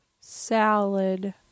Salad